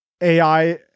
AI